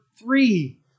Three